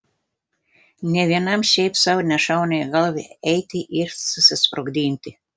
nė vienam šiaip sau nešauna į galvą eiti ir susisprogdinti